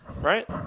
right